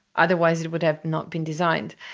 otherwise, it would have not been designed.